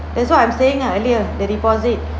that's what I'm saying ah earlier the deposit